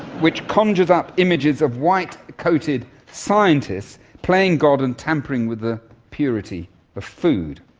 which conjures up images of white-coated scientists playing god and tampering with the purity of food.